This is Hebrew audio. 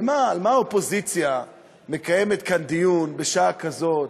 על מה האופוזיציה מקיימת כאן דיון בשעה כזאת?